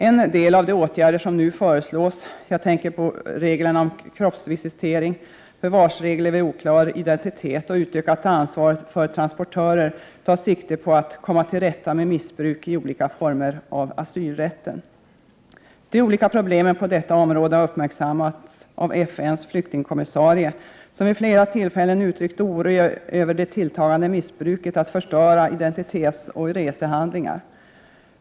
En del av de åtgärder som nu föreslås — jag tänker då på reglerna om kroppsvisitering, förvarsregler vid oklar identitet och utökat ansvar för transportörer — tar sikte på att komma till rätta med olika former av missbruk av asylrätten. De olika problemen på detta område har uppmärksammats av FN:s 27 Prot. 1988/89:125 flyktingkommissarie, som vid flera tillfällen uttryckt oro över det tilltagande missbruket med att förstöra identitetsoch resehandlingar.